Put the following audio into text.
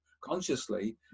consciously